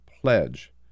pledge